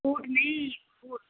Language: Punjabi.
ਬੂਟ ਨਹੀਂ